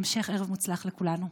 המשך ערב מוצלח לכולנו.